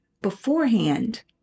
beforehand